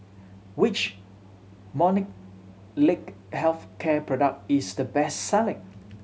which Molnylcke Health Care product is the best selling